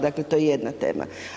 Dakle to je jedna tema.